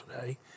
today